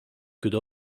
could